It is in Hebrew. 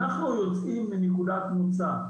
אנחנו יוצאים מנקודת מוצא,